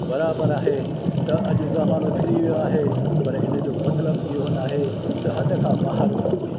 बराबरि आहे त अॼु ज़मानो फिरी वयो आहे पर इन जो मतिलबु इहो न आहे त हद खां ॿाहिरि वञिजे